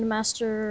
Master